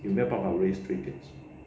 有没有办法 raise his three kids